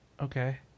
Okay